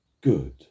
good